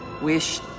Wish